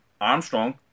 Armstrong